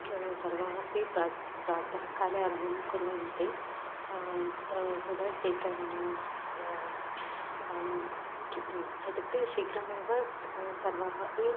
केवलं सर्वाः अपि प्रात् प्रातःकाले आरम्बं कुर्वन्ति सो दट् दे कान् इत्युक्ते शीघ्रमेव सर्वाः अपि